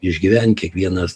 išgyvent kiekvienas